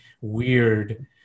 weird